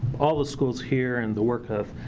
all the schools here and the work of